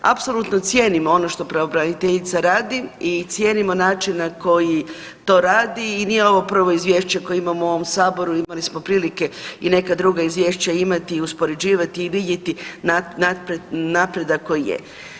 Apsolutno cijenimo ono što pravobraniteljica radi i cijenimo način na koji to radi i nije ovo prvo izvješće koje imamo u ovom saboru, imali smo prilike i neka druga izvješća imati i uspoređivati i vidjeti napredak koji je.